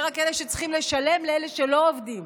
זה רק אלה שצריכים לשלם לאלה שלא עובדים,